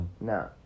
No